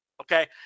Okay